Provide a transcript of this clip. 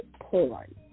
porn